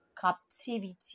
captivity